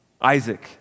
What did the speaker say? Isaac